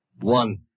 One